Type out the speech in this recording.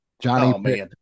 Johnny